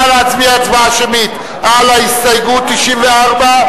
נא להצביע הצבעה שמית על הסתייגות 94,